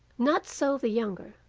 not so the younger.